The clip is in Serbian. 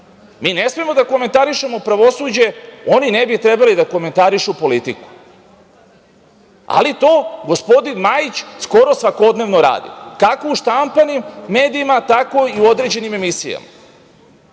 Mi ne smemo da komentarišemo pravosuđe, oni ne bi trebalo da komentarišu politiku, ali to gospodin Majić skoro svakodnevno radi kako u štampanim medijima, tako i u određenim emisijama. Želeo